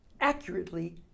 accurately